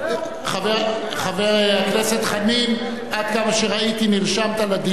על מה לדבר?